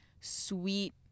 sweet